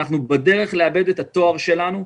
אנחנו בדרך לאבד את התואר שלנו.